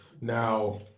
Now